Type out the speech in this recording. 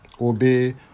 obey